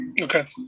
Okay